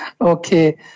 Okay